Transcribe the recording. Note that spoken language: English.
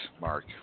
Mark